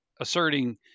asserting